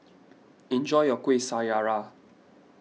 enjoy your Kuih Syara